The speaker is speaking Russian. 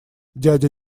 дядя